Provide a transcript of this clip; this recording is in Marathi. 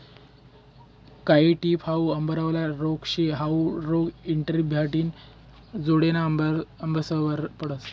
कायी टिप हाउ आंबावरला रोग शे, हाउ रोग इटाभट्टिना जोडेना आंबासवर पडस